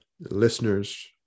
listeners